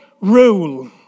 rule